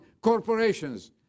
corporations